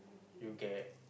you get